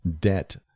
debt